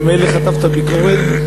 ומאלה חטפת ביקורת,